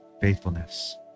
faithfulness